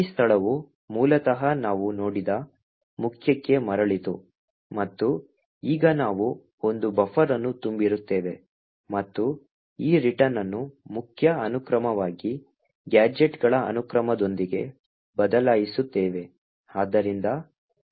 ಈ ಸ್ಥಳವು ಮೂಲತಃ ನಾವು ನೋಡಿದ ಮುಖ್ಯಕ್ಕೆ ಮರಳಿತು ಮತ್ತು ಈಗ ನಾವು ಒಂದು ಬಫರ್ ಅನ್ನು ತುಂಬಿರುತ್ತೇವೆ ಮತ್ತು ಈ ರಿಟರ್ನ್ ಅನ್ನು ಮುಖ್ಯ ಅನುಕ್ರಮವಾಗಿ ಗ್ಯಾಜೆಟ್ಗಳ ಅನುಕ್ರಮದೊಂದಿಗೆ ಬದಲಾಯಿಸುತ್ತೇವೆ